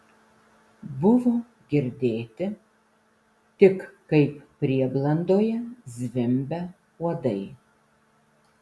buvo girdėti tik kaip prieblandoje zvimbia uodai